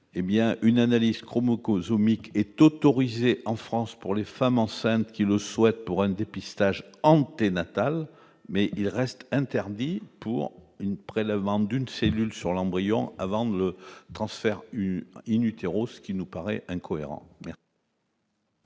une analyse chromosomique est autorisée en France pour les femmes enceintes qui le souhaitent, pour un dépistage anténatal, mais cela reste interdit pour le prélèvement d'une cellule sur l'embryon, avant le transfert, ce qui nous paraît incohérent. La